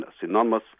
synonymous